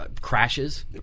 crashes